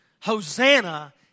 Hosanna